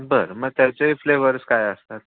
बरं मग त्याचे फ्लेवर्स काय असतात